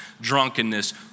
drunkenness